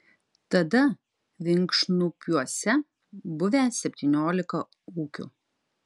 tada vinkšnupiuose buvę septyniolika ūkių